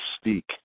speak